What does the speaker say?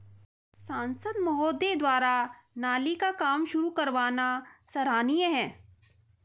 सांसद महोदय द्वारा नाली का काम शुरू करवाना सराहनीय है